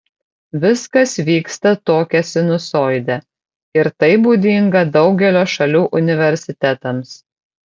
viskas vyksta tokia sinusoide ir tai būdinga daugelio šalių universitetams